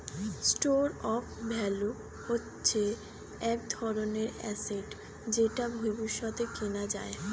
store of value হচ্ছে এক ধরনের অ্যাসেট যেটা ভবিষ্যতে কেনা যায়